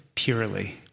Purely